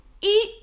Eat